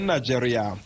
Nigeria